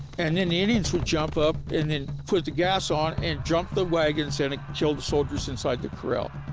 and the and the indians would jump up and then put the gas on and jump the wagons and ah kill the soldiers inside the corral.